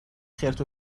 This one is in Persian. خرت